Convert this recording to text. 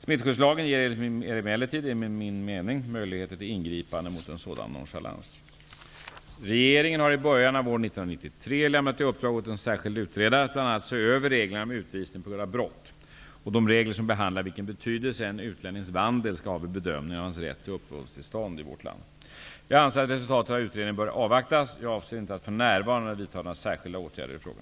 Smittskyddslagen ger emellertid enligt min mening möjligheter till ingripanden mot en sådan nonchalans. Regeringen har i början av år 1993 lämnat i uppdrag åt en särskild utredare att bl.a. se över reglerna om utvisning på grund av brott och de regler som behandlar vilken betydelse en utlännings vandel skall ha vid bedömningen av hans rätt till uppehållstillstånd i Sverige . Jag anser att resultatet av utredningen bör avvaktas. Jag avser inte att för närvarande vidta några särskilda åtgärder i frågan.